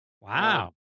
Wow